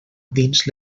dins